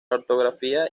ortografía